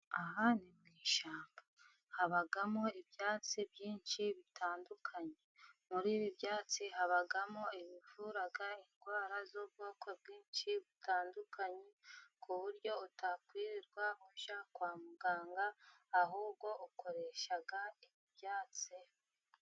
Aha ni mu ishyamba habamo ibyatsi byinshi bitandukanye muri ibi byatsi habamo ibivura indwara z'ubwoko bwinshi butandukanye ku buryo utakwirirwa ujya kwa muganga ahubwo ukoresha ibi byatsi.